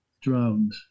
drowned